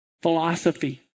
philosophy